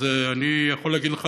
אז אני יכול להגיד לך,